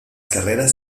carreras